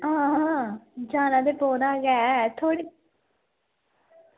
हां जाना ते पौना गै थहोड़ी